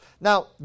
Now